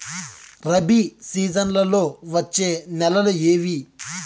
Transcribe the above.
రబి సీజన్లలో వచ్చే నెలలు ఏవి?